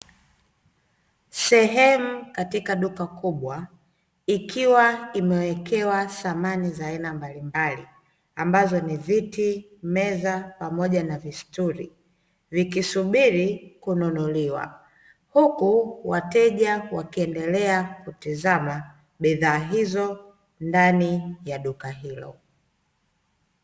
Sehemu katika duka kubwa, ikiwa imewekewa samani za aina mbalimbali, ambazo ni viti, meza, pamoja na vistuli, vikisubiri kununuliwa, huku wateja wakiendelea kutizama bidhaa hizo ndani ya duka hilo.